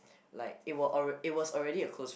like it were it was already a close friend